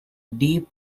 deep